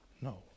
No